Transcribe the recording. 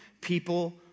people